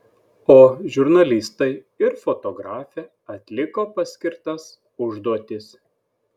o žurnalistai ir fotografė atliko paskirtas užduotis